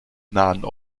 nahen